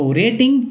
rating